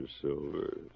Silver